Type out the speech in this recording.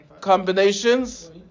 combinations